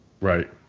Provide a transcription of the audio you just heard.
Right